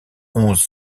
onze